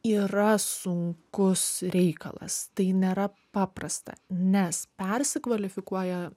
yra sunkus reikalas tai nėra paprasta nes persikvalifikuoja